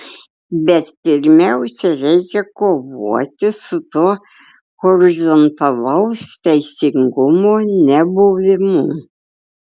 bet pirmiausia reikia kovoti su tuo horizontalaus teisingumo nebuvimu